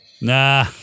Nah